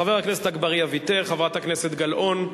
חבר הכנסת אגבאריה, ויתר, חברת הכנסת גלאון,